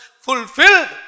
fulfilled